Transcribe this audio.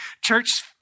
Church